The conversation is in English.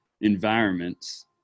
environments